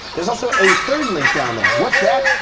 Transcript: there's also a third link down there, what's that?